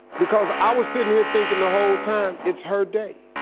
because, i was sitting here thinking the whole time, it's her day.